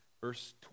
verse